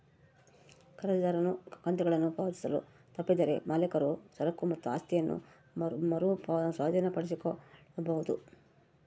ಖರೀದಿದಾರನು ಕಂತುಗಳನ್ನು ಪಾವತಿಸಲು ತಪ್ಪಿದರೆ ಮಾಲೀಕರು ಸರಕು ಮತ್ತು ಆಸ್ತಿಯನ್ನ ಮರು ಸ್ವಾಧೀನಪಡಿಸಿಕೊಳ್ಳಬೊದು